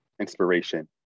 inspiration